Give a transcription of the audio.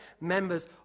members